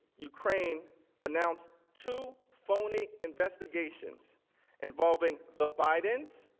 ukraine announced two phony investigations involving the bidens,